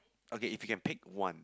okay if you can pick one